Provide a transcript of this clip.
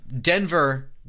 Denver –